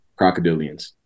crocodilians